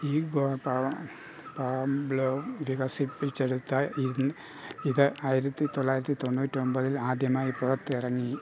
Igor Pavlov വികസിപ്പിച്ചെടുത്ത ഇത് ആയിരത്തി തൊള്ളായിരത്തി തൊണ്ണൂറ്റി ഒമ്പതിൽ ആദ്യമായി പുറത്തിറങ്ങി